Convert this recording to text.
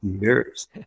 years